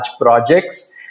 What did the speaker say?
projects